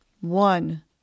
one